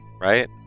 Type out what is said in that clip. Right